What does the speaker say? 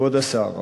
כבוד השר,